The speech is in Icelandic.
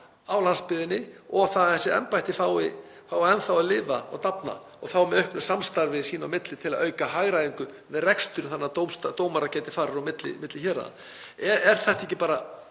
á landsbyggðinni, og að þessi embætti fái enn þá að lifa og dafna með auknu samstarfi sín á milli til að auka hagræðingu við rekstur þannig dómarar geti farið á milli héraða? Er þetta ekki bara